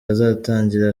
azatangira